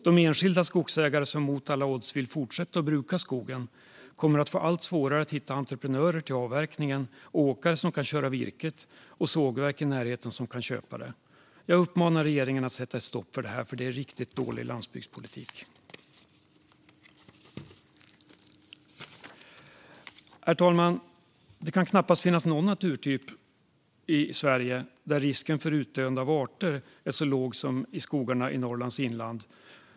De enskilda skogsägare som mot alla odds vill fortsätta att bruka skogen kommer att få allt svårare att hitta entreprenörer till avverkningen, åkare som kan köra virket och sågverk i närheten som kan köpa det. Jag uppmanar regeringen att sätta stopp för detta eftersom det är riktigt dålig landsbygdspolitik. Herr talman! Det kan knappast finnas någon naturtyp i Sverige där risken för utdöende av arter är så låg som i skogarna i Norrlands inland.